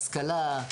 השכלה,